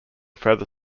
further